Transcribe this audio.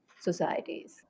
societies